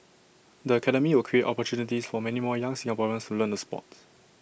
the academy will create opportunities for many more young Singaporeans to learn the Sport